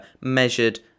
measured